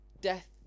death